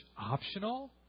optional